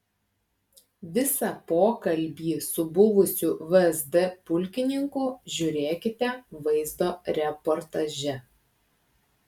visą pokalbį su buvusiu vsd pulkininku žiūrėkite vaizdo reportaže